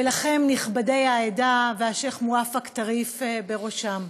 ולכם, נכבדי העדה והשיח' מואפק טריף בראשם,